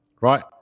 right